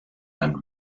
and